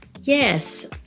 yes